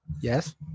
Yes